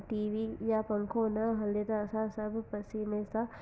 T V या पंखो न हले त असां सभु पसीने सां